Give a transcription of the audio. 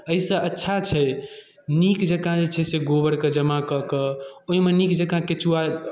एहिसँ अच्छा छै नीक जँका जे छै से गोबरके जमा कऽ कऽ ओहिमे नीक जँका केँचुआ